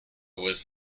was